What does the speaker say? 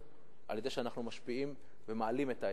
על-ידי שאנחנו משפיעים ומעלים את ההיצע.